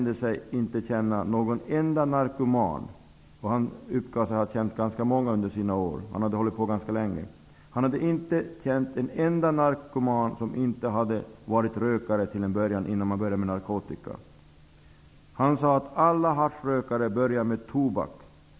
Han hade inte känt en enda narkoman -- han hade känt många under åren, eftersom han hade varit narkoman ganska länge -- som inte hade varit rökare innan han eller hon hade börjat med narkotika. Han sade att alla haschrökare börjar med tobak.